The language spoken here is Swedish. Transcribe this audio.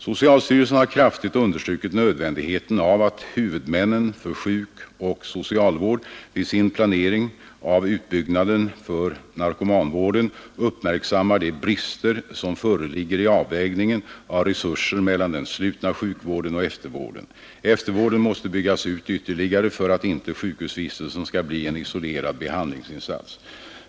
Socialstyrelsen har kraftigt understrukit nödvändigheten av att huvudmännen för sjuk och socialvård vid sin planering av utbyggnaden för narkomanvården uppmärksammar de brister som föreligger i avvägningen av resurser mellan den slutna sjukvården och eftervården. Eftervården måste byggas ut ytterligare för att inte sjukhusvistelsen skall bli en isolerad behandlingsinstans.